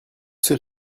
ces